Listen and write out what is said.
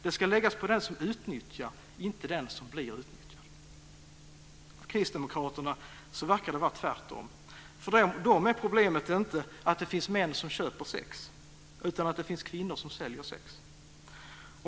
Den ska läggas på den som utnyttjar, inte den som blir utnyttjad. För Kristdemokraterna verkar det vara tvärtom. För dem är inte problemet att det finns män som köper sex, utan att det finns kvinnor som säljer sex.